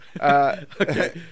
Okay